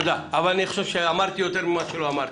אני חושב שאמרתי יותר ממה שלא אמרתי.